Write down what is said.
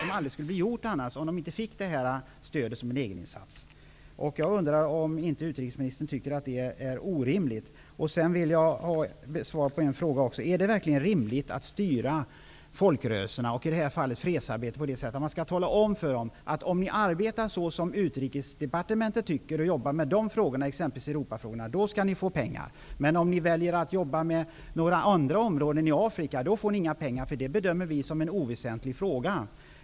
Det arbetet skulle aldrig bli gjort om stödet för egeninsats inte lämnades. Tycker inte utrikesministern att det är orimligt? Sedan vill jag ha svar på ytterligare en fråga. Är det verkligen rimligt att styra folkrörelserna -- i det här fallet fredsarbetet -- genom att säga: Om ni arbetar på det sätt som Utrikesdepartementet anser, med exempelvis Europafrågorna, då skall ni få pengar, men om ni väljer att arbeta med andra områden, som Afrika, då får ni inga pengar, eftersom den frågan bedöms som oväsentlig.